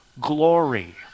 glory